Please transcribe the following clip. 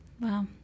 Wow